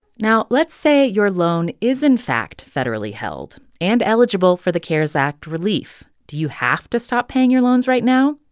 now, let's say your loan is in fact federally held and eligible for the cares act relief. do you have to stop paying your loans right now?